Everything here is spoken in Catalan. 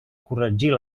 corregir